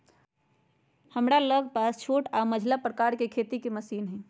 हमरा लग पास छोट आऽ मझिला प्रकार के खेती के मशीन हई